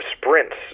sprints